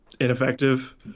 ineffective